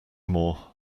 more